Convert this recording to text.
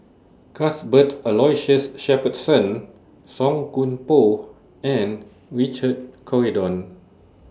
Cuthbert Aloysius Shepherdson Song Koon Poh and Richard Corridon